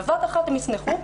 בבת אחת הם יצנחו,